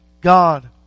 God